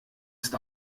ist